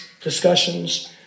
discussions